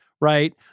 right